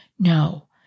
No